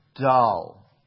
dull